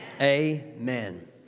amen